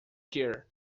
care